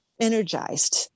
energized